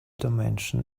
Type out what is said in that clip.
dimension